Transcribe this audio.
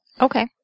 Okay